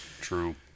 true